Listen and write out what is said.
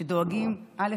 שדואגים, א.